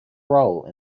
role